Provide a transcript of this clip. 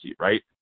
right